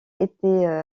été